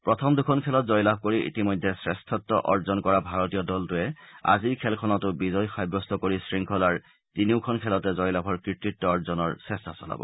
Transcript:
প্ৰথম দুখন খেলত জয় লাভ কৰি ইতিমধ্যে শ্ৰেষ্ঠত্ব অৰ্জন কৰা ভাৰতীয় দলটোৱে আজিৰ খেলখনটো বিজয় সাব্যস্ত কৰি শৃংখলাৰ তিনিওখন খেলতে জয় লাভৰ কৃতিত্ব অৰ্জনৰ চেষ্টা চলাব